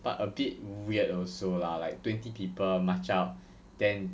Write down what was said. but a bit weird also lah like twenty people march out then